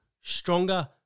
stronger